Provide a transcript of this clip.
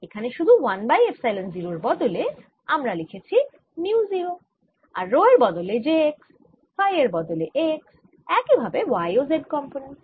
এখানে শুধু 1 by epsilon 0 এর বদলে আমরা মিউ 0 লিখছি আর রো এর বদলে j x ফাই এর বদলে A x একই ভাবে y ও z কম্পোনেন্ট